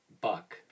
Buck